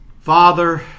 Father